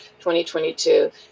2022